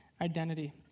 identity